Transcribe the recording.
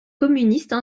communistes